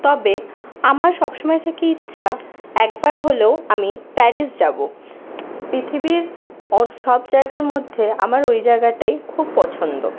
তবে আমার সবসময় থেকে ইচ্ছা একবার হলেও আমি প্যারিস যাব পৃথিবীর ও সব জায়গার মধ্যে আমার ওই জায়গাটাই খুব পছন্দ